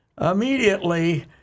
immediately